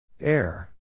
Air